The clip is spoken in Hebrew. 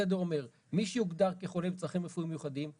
הסדר אומר מי שהוגדר כחולה עם צרכים רפואיים מיוחדים,